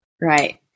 Right